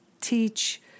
teach